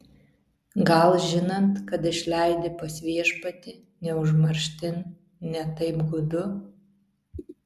gal žinant kad išleidi pas viešpatį ne užmarštin ne taip gūdu